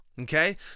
okay